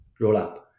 rollup